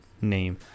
name